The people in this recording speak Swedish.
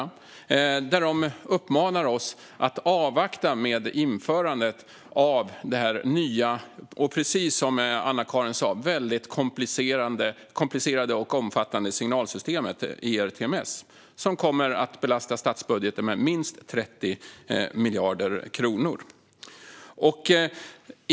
Jag tror att alla i trafikutskottet har fått den. Där uppmanar de oss att avvakta med införandet av det nya och, precis som Anna-Caren Sätherberg sa, mycket komplicerade och omfattande signalsystemet ERTMS. Det kommer att belasta statsbudgeten med minst 30 miljarder kronor.